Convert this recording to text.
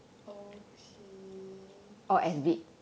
okay